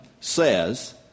says